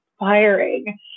inspiring